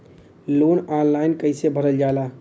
Loan online कइसे भरल जाला?